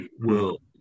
world